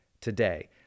today